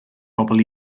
bobl